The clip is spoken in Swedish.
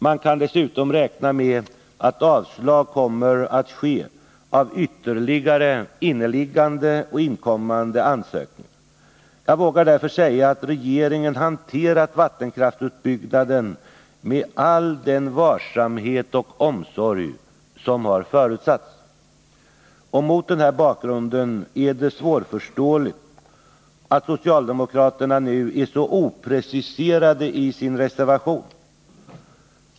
Man kan dessutom räkna med att ytterligare inneliggande och inkommande ansökningar kommer att avslås. Jag vågar därför säga att regeringen hanterat vattenkraftsutbyggnaden med all den varsamhet och omsorg som har förutsatts. Mot denna bakgrund är det svårförståeligt att socialdemokraterna nu är så opreciserade i sin reservation.